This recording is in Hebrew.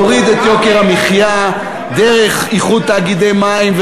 נוריד את יוקר המחיה דרך איחוד תאגידי מים,